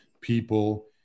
people